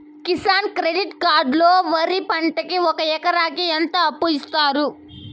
Kisan credit card లో వరి పంటకి ఒక ఎకరాకి ఎంత అప్పు ఇస్తారు?